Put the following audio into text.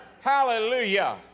Hallelujah